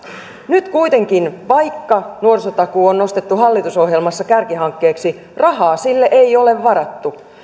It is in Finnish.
nyt kuitenkin vaikka nuorisotakuu on nostettu hallitusohjelmassa kärkihankkeeksi rahaa sille ei ole varattu